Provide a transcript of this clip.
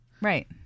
Right